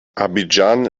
abidjan